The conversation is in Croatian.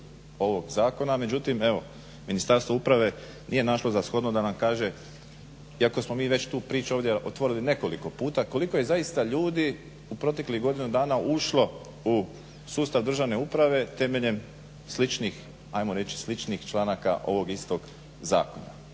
ovog zakona. Međutim, evo Ministarstvo uprave nije našlo za shodno da nam kaže, iako smo mi već tu priču ovdje otvorili nekoliko puta, koliko je zaista ljudi u proteklih godinu dana ušlo u sustav državne uprave temeljem sličnih, ajmo reći sličnih članaka ovog istog zakona.